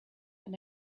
and